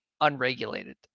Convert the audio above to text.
Unregulated